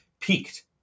peaked